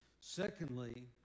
Secondly